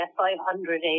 500